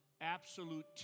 absolute